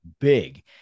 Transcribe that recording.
big